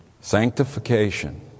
Sanctification